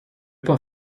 pas